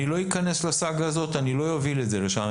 אני לא אכנס לסאגה הזאת ואני לא אוביל את זה לשם.